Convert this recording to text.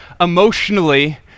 emotionally